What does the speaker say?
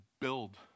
build